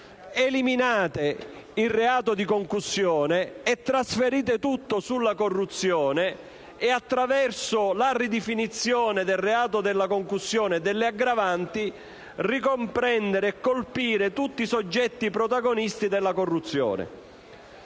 eliminare il reato di concussione, a trasferire tutto sulla corruzione e, attraverso la ridefinizione del reato della concussione e delle aggravanti, a ricomprendere e colpire tutti i soggetti protagonisti della corruzione.